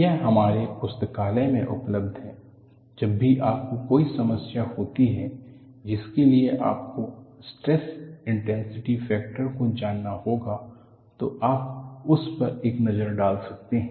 यह हमारे पुस्तकालय में उपलब्ध है जब भी आपको कोई समस्या होती है जिसके लिए आपको स्ट्रेस इंटेंसिटी फैक्टर को जानना होगा तो आप उस पर एक नज़र डाल सकते हैं